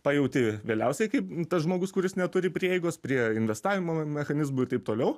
pajauti vėliausiai kaip tas žmogus kuris neturi prieigos prie investavimo mechanizmų ir taip toliau